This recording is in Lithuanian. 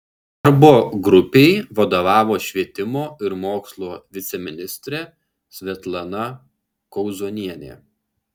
darbo grupei vadovavo švietimo ir mokslo viceministrė svetlana kauzonienė